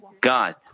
God